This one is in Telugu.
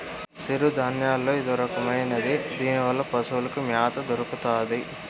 సిరుధాన్యాల్లో ఇదొరకమైనది దీనివల్ల పశులకి మ్యాత దొరుకుతాది